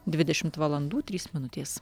dvidešimt valandų trys minutės